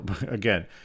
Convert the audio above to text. again